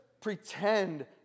pretend